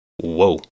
whoa